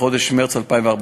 בחודש מרס 2014,